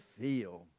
Feel